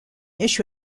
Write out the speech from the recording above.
issue